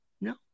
No